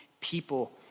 people